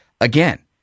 Again